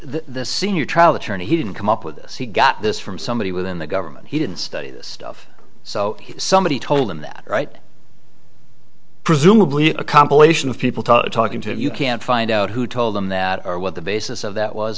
the senior trial attorney he didn't come up with this he got this from somebody within the government he didn't study this stuff so somebody told him that right presumably a compilation of people talking to you can't find out who told them that or what the basis of that was